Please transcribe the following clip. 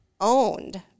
owned